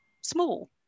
small